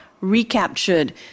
recaptured